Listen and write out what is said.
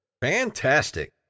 Fantastic